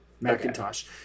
macintosh